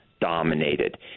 dominated